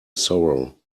sorrow